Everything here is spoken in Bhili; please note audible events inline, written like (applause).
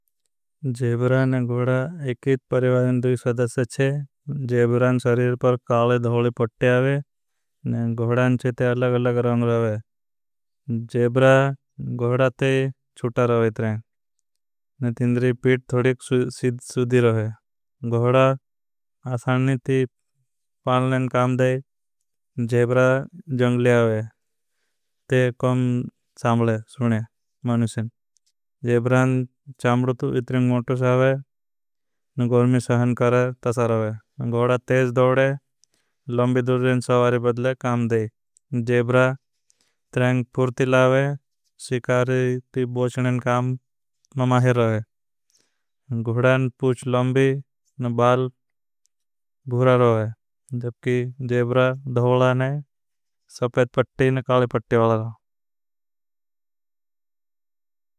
जेब्रा ने घोड़ा एकीत परिवार ने दुई सदस्यच्छे। सरीर पर काले धोले पट्यावे। घोड़ान चेत्यारला गल्ला गरांग रोहे। गोहडाते चुटा रोहे तरें। तिंद्री पीट थोड़ेक सुधी (hesitation) रोहे। आसाननी ती पालने काम दे। जंग लियावे। कौम सामले सुने मनुषिन। चाम्डतु इतरें मोटो सावे। गोर्मी सहन करे तसर रोहे। तेज दोडे। दुर्जेन सवारी बदले काम दे। तरंक फूर्ति लावे। ती बोचने काम ममाहे रोहे। पूछ लंबी न बाल भूरा रोहे। जेब्रा धौला ने सफेद पटी न काली पटी वाला रोहे।